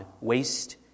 waste